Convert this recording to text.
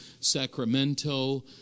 Sacramento